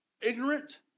ignorant